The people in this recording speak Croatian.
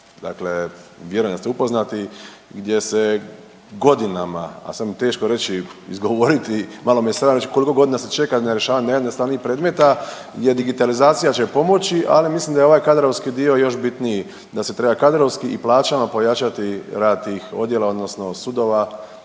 dakle vjerujem da ste upoznati, gdje se godinama, a sad mi je teško reći i izgovoriti, malo me sram reć koliko godina se čeka na rješavanje najjednostavnijih predmeta gdje digitalizacija će pomoći, ali mislim da je ovaj kadrovski dio još bitniji, da se treba kadrovski i plaćama pojačati rad tih odjela odnosno sudova